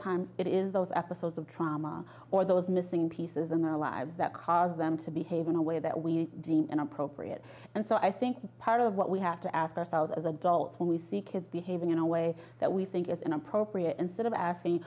time it is those episodes of trauma or those missing pieces in our lives that cause them to behave in a way that we deem inappropriate and so i think part of what we have to ask ourselves as adults when we see kids behaving in a way that we think is inappropriate instead of asking